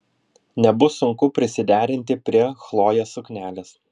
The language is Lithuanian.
nebus sunku prisiderinti prie chlojės suknelės